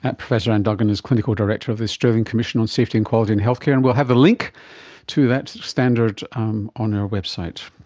ah professor anne duggan is clinical director of the australian commission on safety and quality in healthcare, and we will have the link to that standard um on our website.